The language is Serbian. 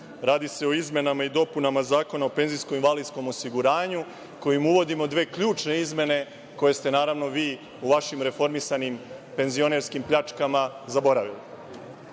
Radi se o izmenama i dopunama Zakona o penzijsko-invalidskom osiguranju, kojim uvodimo dve ključne izmene, koje ste naravno vi u vašim reformisanim penzionerskim pljačkama zaboravili. Prva